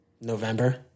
November